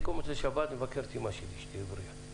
כל מוצאי שבת אני מבקר את אמא שלי שתהיה בריאה,